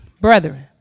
brethren